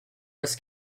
was